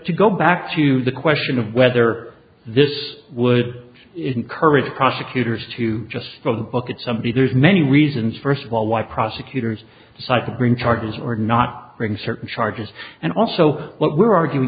to go back to the question of whether this would encourage prosecutors to just throw the book at somebody there's many reasons first of all why prosecutors decide to bring charges or not bring certain charges and also what we're arguing